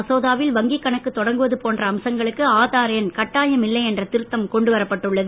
மசோதாவில் வங்கி கணக்கு தொடங்குவது போன்ற அம்சங்களுக்கு ஆதார் எண் கட்டாயம் இல்லை என்ற திருத்தம் கொண்டு வரப்பட்டுள்ளது